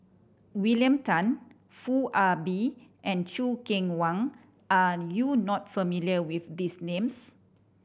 William Tan Foo Ah Bee and Choo Keng Kwang are you not familiar with these names